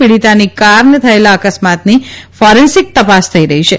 પીડીતાની કારને થયેલા અકસ્માતની ફોરેન્સીક તપાસ થઇ રહી છે